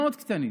מאוד קטנים.